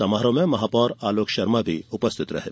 समारोह में महापौर आलोक शर्मा भी उपस्थित थे